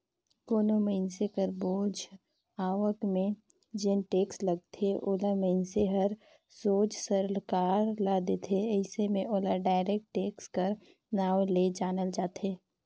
कोनो मइनसे कर सोझ आवक में जेन टेक्स लगथे ओला मइनसे हर सोझ सरकार ल देथे अइसे में ओला डायरेक्ट टेक्स कर नांव ले जानल जाथे